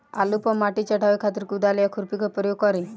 आलू पर माटी चढ़ावे खातिर कुदाल या खुरपी के प्रयोग करी?